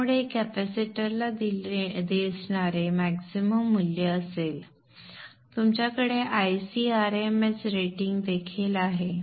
त्यामुळे हे कॅपेसिटरला दिसणारे मॅक्सिमम मूल्य असेल तुमच्याकडे Ic rms रेटिंग देखील आहे